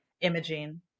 imaging